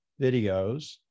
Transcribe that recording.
videos